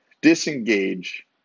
disengage